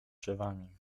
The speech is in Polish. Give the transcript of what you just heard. drzewami